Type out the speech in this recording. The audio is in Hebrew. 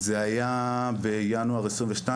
זה היה בינואר 22,